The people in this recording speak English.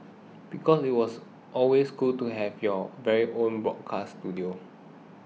because it was always cool to have your very own broadcast studio